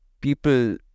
people